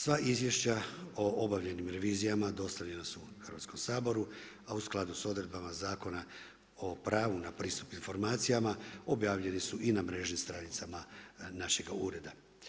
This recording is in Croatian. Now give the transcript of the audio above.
Sva izvješća o obavljenim revizijama dostavljena su Hrvatskom saboru, a u skladu s odredbama Zakona o pravu na pristup informacijama, objavljeni su i na mrežnim stranicama našega ureda.